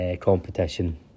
competition